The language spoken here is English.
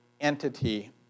entity